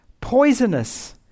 poisonous